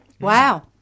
Wow